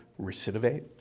recidivate